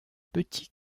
petit